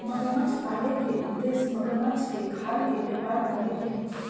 मगरमच्छ पाले के उद्देश्य मगरमच्छ के खाल के व्यापार करे के हई